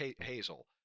Hazel